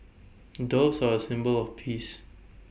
doves are A symbol of peace